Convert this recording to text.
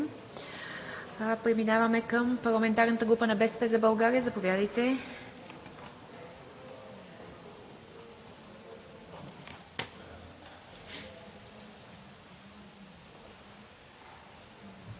Преминаваме към парламентарната група на „БСП за България“ – заповядайте.